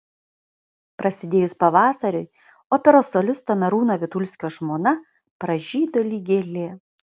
prasidėjus pavasariui operos solisto merūno vitulskio žmona pražydo lyg gėlė